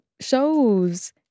shows